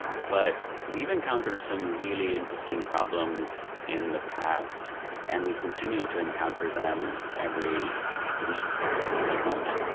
but we've encountered some really interesting problems in the past and we continue to encounter them every week pretty much.